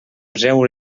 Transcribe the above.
poseu